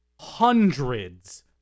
hundreds